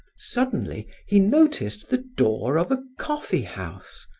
suddenly he noticed the door of a coffee house,